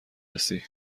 رسی